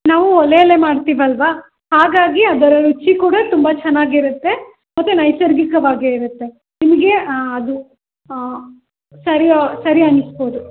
ನಾವು ಒಲೆಯಲ್ಲೇ ಮಾಡ್ತೀವಿ ಅಲ್ವಾ ಹಾಗಾಗಿ ಅದರ ರುಚಿ ಕೂಡ ತುಂಬ ಚೆನ್ನಾಗಿ ಇರತ್ತೆ ಮತ್ತು ನೈಸರ್ಗಿಕವಾಗೇ ಇರತ್ತೆ ನಿಮಗೆ ಅದು ಸರಿ ಸರಿ ಅನ್ನಿಸಬಹುದು